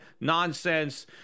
nonsense